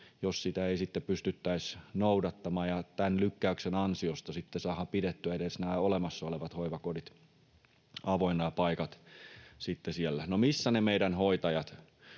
jos sitä ei pystyttäisi noudattamaan. Tämän lykkäyksen ansiosta saadaan pidettyä edes nämä olemassa olevien hoivakotien paikat avoinna. Missä ne meidän hoitajat